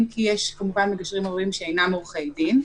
אם כי יש כמובן מגשרים רבים שאינם עורכי דין.